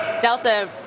Delta